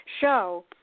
show